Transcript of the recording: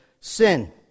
sin